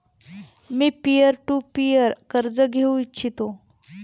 me peer to peer कर्ज घेऊ इच्छितो